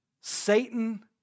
Satan